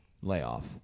layoff